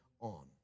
on